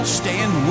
stand